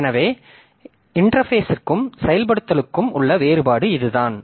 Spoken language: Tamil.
எனவே இன்டெர்பேஸ்ற்கும் செயல்படுத்தலுக்கும் உள்ள வேறுபாடு இதுதான்